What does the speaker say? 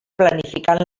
planificant